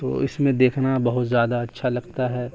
تو اس میں دیکھنا بہت زیادہ اچھا لگتا ہے